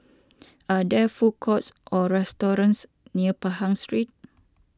are there food courts or restaurants near Pahang Street